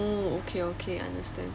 mm okay okay understand